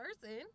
person